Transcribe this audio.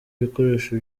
ibikoresho